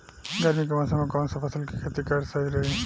गर्मी के मौषम मे कौन सा फसल के खेती करल सही रही?